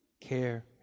care